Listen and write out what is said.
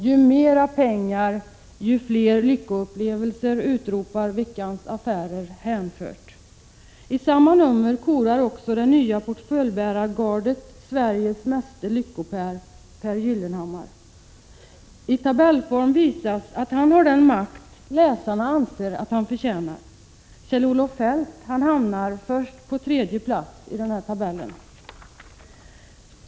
Ju mera pengar, ju fler lyckoupplevelser, utropar Veckans Affärer hänfört. I samma nummer korar också det nya portföljbärargardet Sveriges meste Lyckoper, och det är Pehr Gyllenhammar. I tabellform visas att han har den makt läsarna anser att han förtjänar. Kjell-Olof Feldt hamnar först på tredje plats i tabellen.